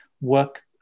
work